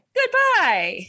goodbye